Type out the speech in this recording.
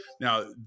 Now